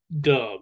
dub